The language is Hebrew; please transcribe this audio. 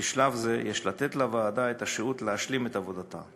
בשלב זה יש לתת לוועדה את השהות להשלים את עבודתה,